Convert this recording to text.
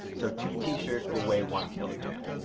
so two t-shirts will weigh one kg. um